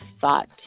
thought